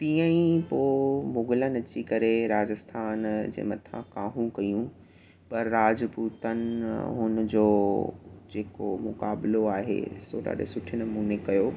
तीअं ई पोइ मुगलनि अची करे राजस्थान जे मथां काहूं कयूं पर राजपूतनि हुन जो जेको मुक़ाबिलो आहे सो ॾाढे सुठे नमूने कयो